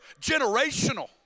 Generational